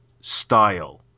style